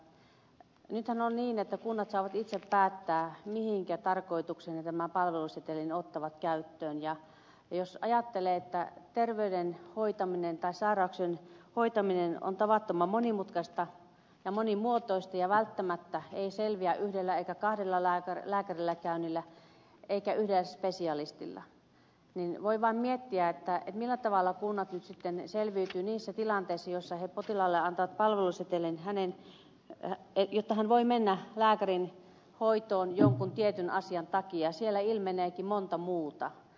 nythän on niin että kunnat saavat itse päättää mihinkä tarkoitukseen ne tämän palvelusetelin ottavat käyttöön ja jos ajattelee että sairauksien hoitaminen on tavattoman monimutkaista ja monimuotoista ja välttämättä ei selviä yhdellä eikä kahdella lääkärillä käynnillä eikä yhdellä spesialistilla niin voi vaan miettiä millä tavalla kunnat nyt sitten selviytyvät niissä tilanteissa joissa ne antavat potilaalle palvelusetelin jotta hän voi mennä lääkärinhoitoon jonkun tietyn asian takia ja siellä ilmeneekin monta muuta asiaa